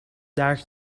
درک